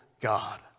God